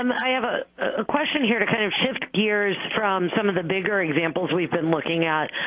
um i have a ah question here to kind of shift gears from some of the bigger examples we've been looking at.